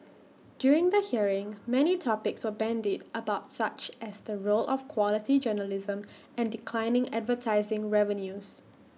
during the hearing many topics were bandied about such as the role of quality journalism and declining advertising revenues